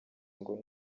ngo